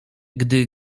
gdy